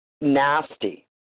nasty